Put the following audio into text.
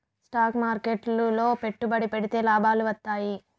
stock మార్కెట్లు లో పెట్టుబడి పెడితే లాభాలు వత్తాయి